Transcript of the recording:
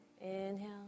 Inhale